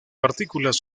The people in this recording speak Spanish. partículas